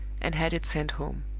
and had it sent home.